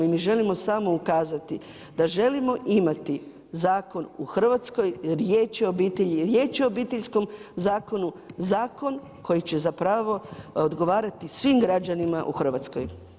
I mi želimo samo ukazati da želimo imati zakon u Hrvatskoj riječ je o obitelji, riječ je o Obiteljskom zakonu, zakon koji će zapravo odgovarati svim građanima u Hrvatskoj.